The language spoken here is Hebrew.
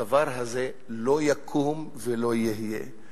הדבר הזה לא יקום ולא יהיה.